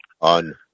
on